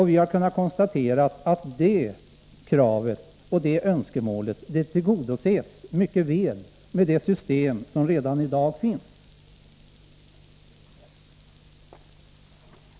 Vi har kunnat konstatera att detta krav och detta önskemål mycket väl tillgodoses av det system som redan i dag finns.